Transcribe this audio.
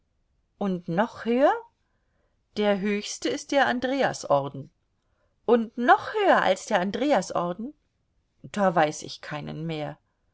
und noch höher der höchste ist der andreasorden und noch höher als der andreasorden da weiß ich keinen mehr